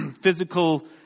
physical